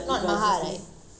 not maha's food right